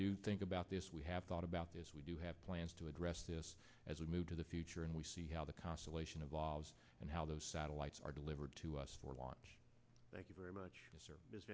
do think about this we have thought about this we do have plans to address this as we move to the future and we see how the constellation of laws and how those satellites are delivered to us for lunch thank you very